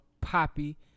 Poppy